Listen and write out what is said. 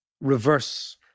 reverse